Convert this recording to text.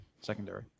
secondary